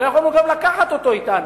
לא יכולנו גם לקחת אותו אתנו,